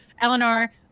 Eleanor